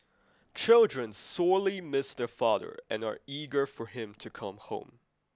children sorely miss their father and are eager for him to come home